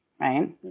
right